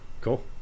Cool